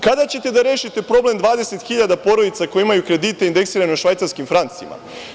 Kada ćete da rešite problem 20 hiljada porodica koji imaju kredite indeksirane u švajcarskim francima?